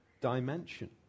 dimension